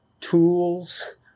tools